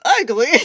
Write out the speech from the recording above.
ugly